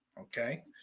okay